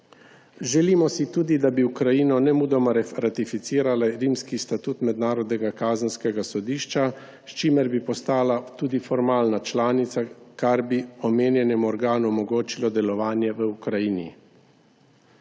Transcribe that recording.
Želimo si tudi, da bi Ukrajina nemudoma ratificirala Rimski statut Mednarodnega kazenskega sodišča, s čimer bi postala tudi formalna članica, kar bi omenjenemu organu omogočilo delovanje v Ukrajini.